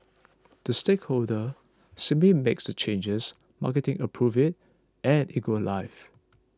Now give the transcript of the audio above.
the stakeholder simply makes the changes marketing approves it and it goes live